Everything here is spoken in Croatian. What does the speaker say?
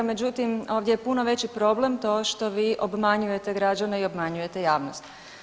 Međutim, ovdje je puno veći problem to što vi obmanjujete građane i obmanjujete javnost.